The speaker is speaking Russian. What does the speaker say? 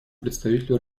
представителю